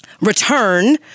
return